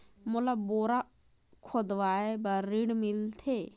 मोला बोरा खोदवाय बार ऋण मिलथे?